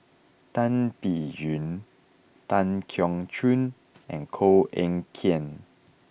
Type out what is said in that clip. Tan Biyun Tan Keong Choon and Koh Eng Kian